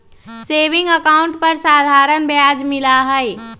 saving account पर साधारण ब्याज मिला हई